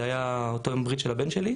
זה היה אותו יום ברית של הבן שלי.